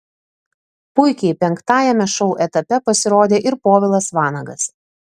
puikiai penktajame šou etape pasirodė ir povilas vanagas